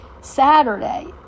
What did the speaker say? Saturday